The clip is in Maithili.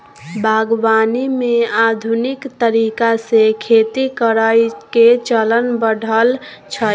बागवानी मे आधुनिक तरीका से खेती करइ के चलन बढ़ल छइ